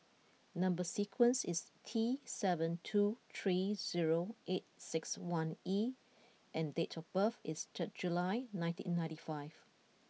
number sequence is T seven two three zero eight six one E and date of birth is third July nineteen ninety five